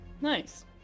Nice